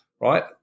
right